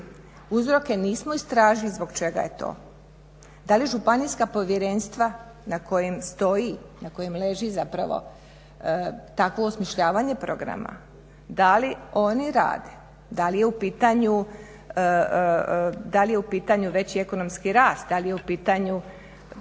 Uzroke nismo istražili zbog čega je to. Da li županijska povjerenstva na kojim stoji na kojim leži zapravo takvo osmišljavanje programa? Da li oni rade, da li je u pitanju veći ekonomski rast? To se zapravo